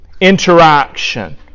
interaction